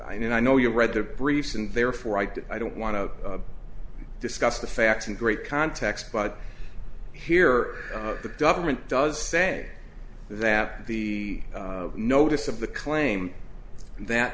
i know you read the briefs and therefore i did i don't want to discuss the facts in great context but here the government does say that the notice of the claim that